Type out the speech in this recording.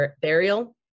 burial